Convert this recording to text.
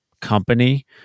company